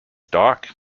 dark